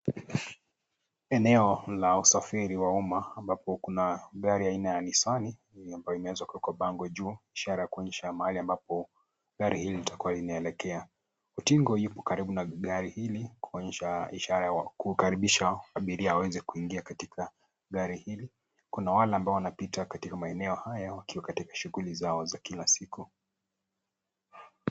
Eneo la usafiri wa umma ambapo kuna gari aina ya Nissan ambayo imeweza kuwekwa bango juu ishara ya kuonyesha ambapo gari hili litakuwa linaelekea. Utingo yupo karibu na gari hili kuonyesha ishara ya kukaribisha abiria waweze kuingia katika gari hili. Kuna wale ambao wanapita katika maeneo haya wakiwa katika shughuli zao za kila siku.